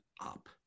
up